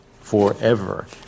forever